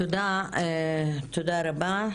תודה רבה.